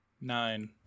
Nine